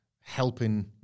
helping